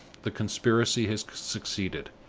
the conspiracy has succeeded.